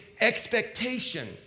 expectation